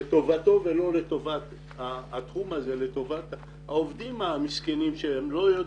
לטובתו ולא לטובת העובדים המסכנים שהם לא יודעים.